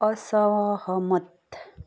असहमत